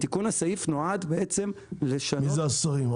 תיקון הסעיף נועד לשנות --- מי זה השרים,